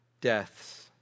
deaths